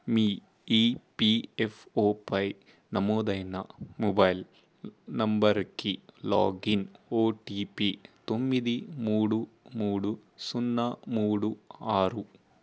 మీ ఈపిఎఫ్ఓపై నమోదైన మొబైల్ నంబరుకి లాగిన్ ఓటీపీ తొమ్మిది మూడు మూడు సున్నా మూడు ఆరు